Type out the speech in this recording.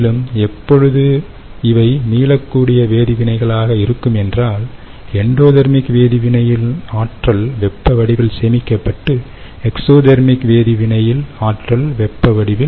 மேலும் எப்பொழுது இவை மீளக்கூடிய வேதி வினைகளாக இருக்கும் என்றால் எண்டோதேர்மிக் வேதி வினையில் ஆற்றல் வெப்ப வடிவில் சேமிக்கப்பட்டு எக்ஸோதெர்மிக் வேதி வினையில் ஆற்றல் வெப்ப வடிவில்